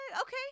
Okay